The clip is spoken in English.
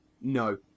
No